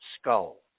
skull